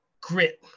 grit